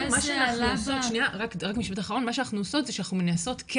מה שאנחנו עושות זה שאנחנו מנסות,